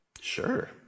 Sure